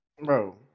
Bro